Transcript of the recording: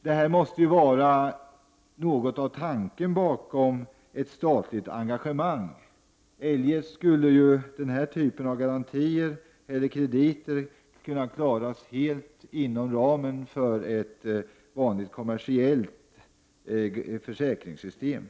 Detta måste vara något av tanken bakom ett statligt engagemang, eljest skulle ju denna typ av garantier och krediter kunna klaras helt inom ramen för ett vanligt kommersiellt försäkringssystem.